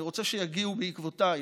אני רוצה שיגיעו בעקבותיי,